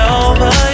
over